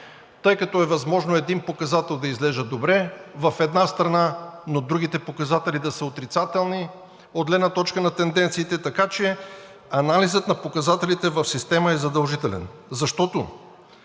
тъй като е възможно един показател да изглежда добре в една страна, но другите показатели да са отрицателни от гледна точка на тенденциите. Така че анализът на показателите в система е задължителен. Защото